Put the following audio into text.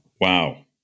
Wow